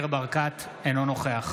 אינו נוכח